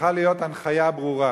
צריכה להיות הנחיה ברורה,